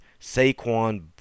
saquon